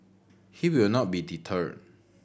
he will not be deterred